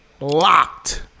locked